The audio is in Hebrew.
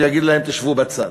ויגיד להם: תשבו בצד.